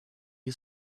you